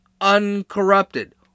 uncorrupted